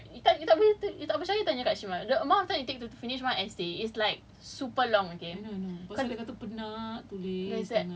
ya the the amount of time you take to finish one essay right like you tak percaya you tanya kak shima the amount of time you take to finish one essay is like super long okay